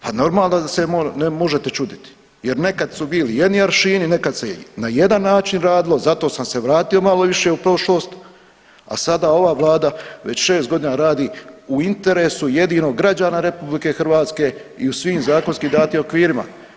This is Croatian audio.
Pa normalno da se možete čuditi jer nekada su bili jedni aršini, nekad se na jedan način radio zato sam se vratio malo više u prošlost, a sada ova vlada već 6 godina radi u interesu jedino građana RH i u svim zakonski datim okvirima.